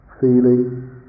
feeling